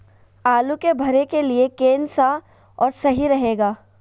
आलू के भरे के लिए केन सा और सही रहेगा?